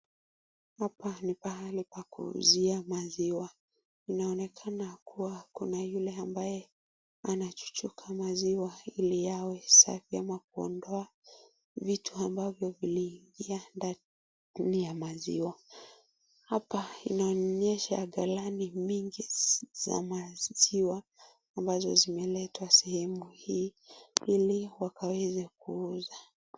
Hapa ni mahali pa kuuza maziwa inaonekana kuwa kuna yule ambaye anachuchuka maziwa hili yaweze kuondoa vitu ambavyo viliingia ndani ya maziwa, hapa inaonyesha kalani mingi za maziwa ambazo zimeletwa sehemu hii hili wakaweze kuuza.